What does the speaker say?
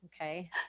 okay